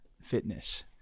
fitness